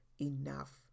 enough